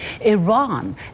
Iran